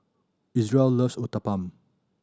Isreal loves Uthapam